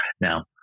Now